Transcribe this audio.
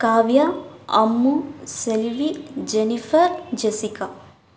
Kavya Ammu Selvi Jennifer Jessica